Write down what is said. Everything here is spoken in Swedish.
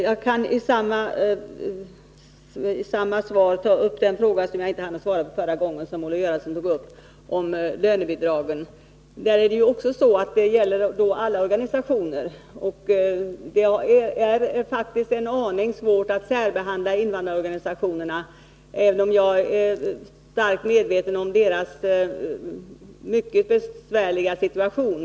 Jag kan i samma svar ta upp den fråga som Olle Göransson ställde och som jag inte hann besvara i mitt förra inlägg. Den frågan gällde lönebidragen. Dessa gäller för alla organisationer, och jag har faktiskt en aning svårt att särbehandla invandrarorganisationerna, även om jag är starkt medveten om deras mycket besvärliga situation.